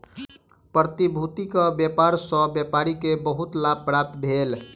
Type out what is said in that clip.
प्रतिभूति के व्यापार सॅ व्यापारी के बहुत लाभ प्राप्त भेल